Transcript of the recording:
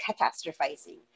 catastrophizing